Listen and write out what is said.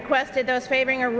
requested the saving or